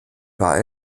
war